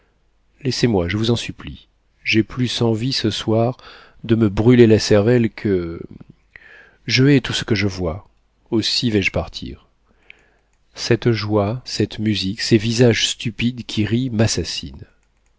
laissez-moi je vous en supplie j'ai plus envie ce soir de me brûler la cervelle que je hais tout ce que je vois aussi vais-je partir cette joie cette musique ces visages stupides qui rient m'assassinent